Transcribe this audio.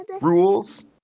rules